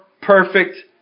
perfect